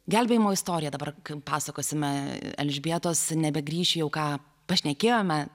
gelbėjimo istoriją dabar pasakosime elžbietos nebegrįš jau ką pašnekėjome